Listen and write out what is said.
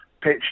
pitch